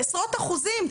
בעשרות אחוזים,